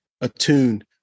attuned